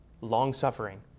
long-suffering